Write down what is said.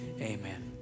Amen